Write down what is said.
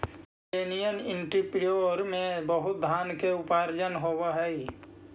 millennial entrepreneur में बहुत धन के उपार्जन होवऽ हई